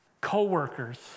co-workers